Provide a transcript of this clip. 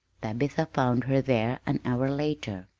tabitha found her there an hour later.